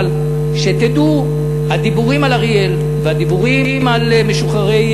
אבל שתדעו: הדיבורים על אריאל והדיבורים על המחבלים המשוחררים,